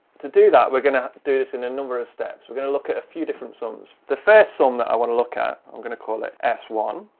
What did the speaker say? to do that we're gonna do this in a number of steps. we're gonna to look at a few different sums. the first sum that i want to look at, i'm gonna call it s one.